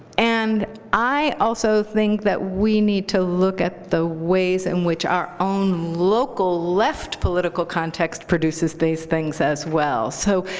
and i also think that we need to look at the ways in which our own local left political context produces these things as well. so